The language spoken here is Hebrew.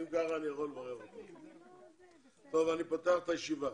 אני פותח את הישיבה,